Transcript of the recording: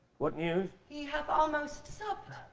what news? he hath almost supped.